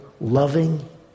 loving